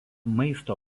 maisto